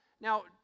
Now